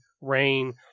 rain